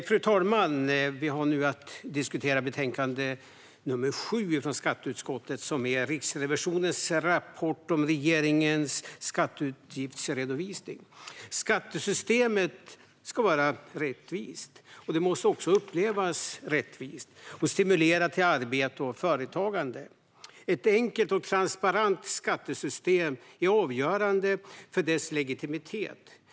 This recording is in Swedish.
Fru talman! Vi har nu att diskutera skatteutskottets betänkande SkU7 Riksrevisionens rapport om regeringens skatteutgiftsredovisning . Skattesystemet ska vara rättvist, och det måste också upplevas som rättvist samt stimulera till arbete och företagande. Att skattesystemet är enkelt och transparent är avgörande för dess legitimitet.